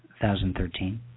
2013